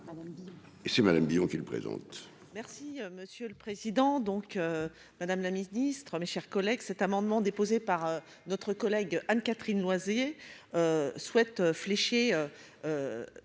Merci monsieur le Président,